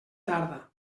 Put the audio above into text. tarda